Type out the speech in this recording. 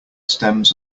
stems